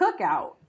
cookout